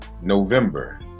November